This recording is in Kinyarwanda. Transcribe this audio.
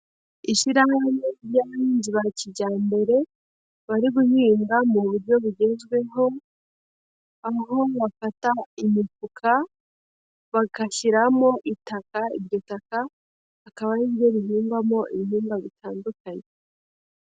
Ishyirahamwe ry'abahinzi ba kijyambere bari guhinga mu buryo bugezweho, aho bafata imifuka bagashyiramo itaka, iryo taka akaba ari ryo rihingwamo ibihingwa bitandukanye.